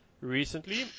recently